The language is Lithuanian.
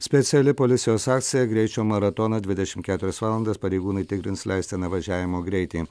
speciali policijos akcija greičio maratonas dvidešim keturias valandas pareigūnai tikrins leistiną važiavimo greitį